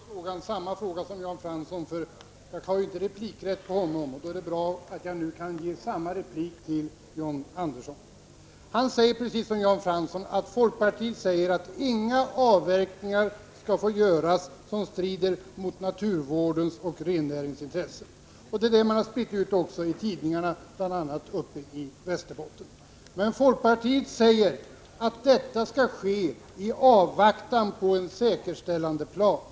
Fru talman! John Andersson har tydligen inte lyssnat på debatten mellan Jan Fransson och mig. Men jag tyckte ändå det var bra att han tog upp samma fråga som Jan Fransson, för jag hade inte replikrätt gentemot honom och kan nu ge samma svar till John Andersson. Han säger precis som Jan Fransson att folkpartiet säger att ingen avverkning skall få ske som strider mot naturvårdens och rennäringens intressen. Det är också vad man har spritt ut i tidningar, bl.a. uppe i Västerbotten. Men folkpartiet säger att detta skall gälla i avvaktan på en säkerställandeplan.